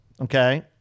Okay